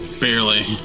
Barely